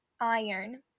iron